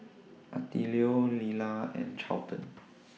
Attilio Lelah and Charlton